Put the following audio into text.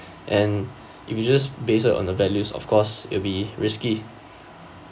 and if you just based it on the values of course it'll be risky